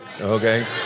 okay